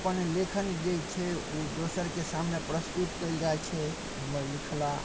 अपन लेखन जे छै ओ दोसरके सामने प्रस्तुत कएल जाए छै हमरा लिखला